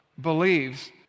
believes